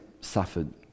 suffered